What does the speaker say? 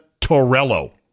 Torello